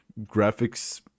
graphics